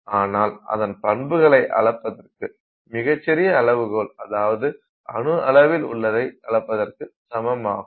ஆனால் அதன் பண்புகளை அளப்பதற்கு மிகச்சிறிய அளவுகோல் அதாவது அணு அளவில் உள்ளதை அளப்பதற்கு சமமாகும்